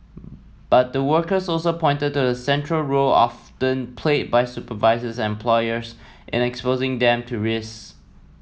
but the workers also pointed to the central role often then played by supervisors and employers in exposing them to risks